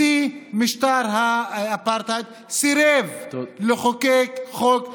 בשיא משטר האפרטהייד, סירב לחוקק חוק דומה,